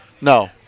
no